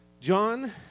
John